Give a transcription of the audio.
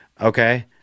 okay